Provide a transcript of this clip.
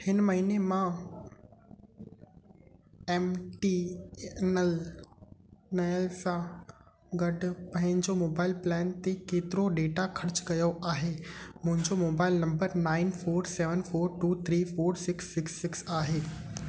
हिन महीने मां एम टी एन एल नयल सां गॾु पंहिंजे मोबाइल प्लान ते केतिरो डेटा ख़र्चु कयो आहे मुंहिंजो mobile number nine four seven four two three four six six six आहे